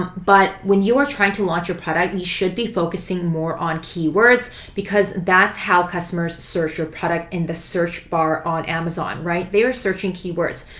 but when you are trying to launch your product, you should be focusing more on keywords because that's how customers search your product in the search bar on amazon, right? they are searching keywords.